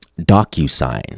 DocuSign